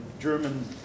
German